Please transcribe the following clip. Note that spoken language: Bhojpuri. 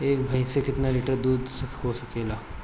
एक भइस से कितना लिटर दूध हो सकेला?